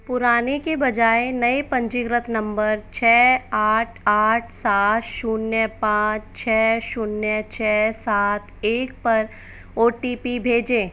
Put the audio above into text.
पुराने के बजाय नए पंजीकृत नंबर छः आठ आठ सात शून्य पाँच छः शून्य छः सात एक पर ओ टी पी भेजें